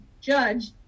judge